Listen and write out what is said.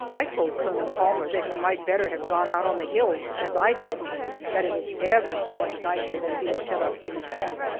i told colonel palmer that he might better have gone out on the hills as i did that it was ever so much nicer than being shut up in a tent.